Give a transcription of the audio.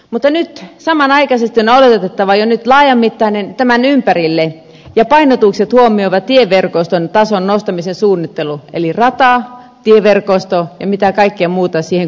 mutanen sana ja siten naurettiin mutta nyt on aloitettava tämän ympärille laajamittainen ja painotukset huomioiva tieverkoston tason nostamisen suunnittelu eli rata tieverkosto ja mitä kaikkea muuta siihen kuuluukin